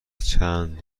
چند